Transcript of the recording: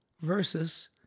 Versus